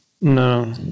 no